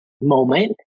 moment